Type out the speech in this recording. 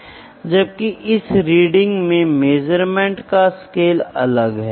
तो यह कड़ाई से अच्छी तरह से स्थापित साइंटिफिक लॉस और रिलेशनशिप पर आधारित है